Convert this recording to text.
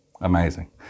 Amazing